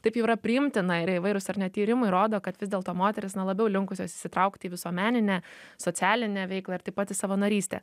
taip jau yra priimtina ir įvairūs ar ne tyrimai rodo kad vis dėlto moterys na labiau linkusios įsitraukti į visuomeninę socialinę veiklą ir taip pat į savanorystę